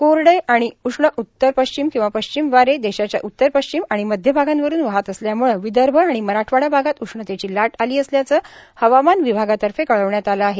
कोरडे आणि उष्ण उत्तर पश्चिम किंवा पश्चिम वारे देशाच्या उत्तर पश्चिम आणि मध्य भागांवरून वाहत असल्याम्ळं विदर्भ आणि मराठवाडा भागात उष्णतेची लाट आली असल्याचं हवामान विभागातर्फे कळविण्यात आलं आहे